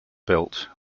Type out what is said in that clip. built